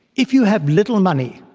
if you have little money,